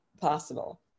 possible